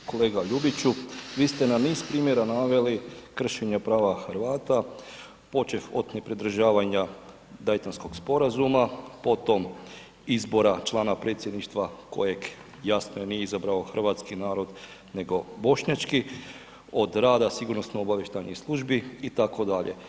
Kolega Ljubiću, vi ste na niz primjera naveli kršenje prava Hrvata, počev od nepridržavanja Dajtonskog sporazuma, potom izbora člana predsjedništva kojeg, jasno, nije izabrao hrvatski narod, nego bošnjački, od rada sigurnosno obavještajnih službi itd.